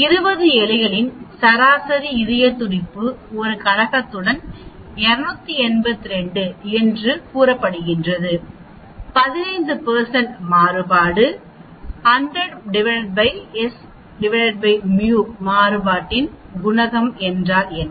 20 எலிகளின் சராசரி இதய துடிப்பு ஒரு குணகத்துடன் 282 என்று கூறப்படுகிறது 15 மாறுபாடு 100 s μ மாறுபாட்டின் குணகம் என்றால் என்ன